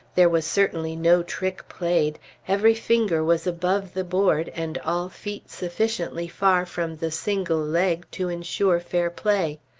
there was certainly no trick played every finger was above the board, and all feet sufficiently far from the single leg to insure fair play.